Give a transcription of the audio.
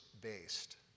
based